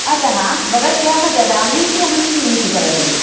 अतः भवत्याः ददामीति अहं चिन्तितवती